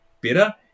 better